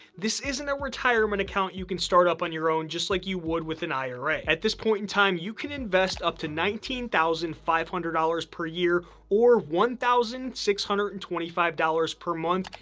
this isn't a retirement account you can start up on your own just like you would with an ira. at this point in time, you can invest up to nineteen thousand five hundred dollars per year or one thousand six hundred and twenty five dollars per month,